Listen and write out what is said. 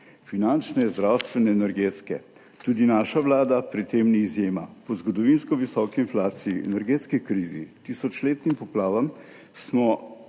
finančno, zdravstveno, energetsko, tudi naša vlada pri tem ni izjema. Po zgodovinsko visoki inflaciji, energetski krizi, tisočletnim poplavam smo v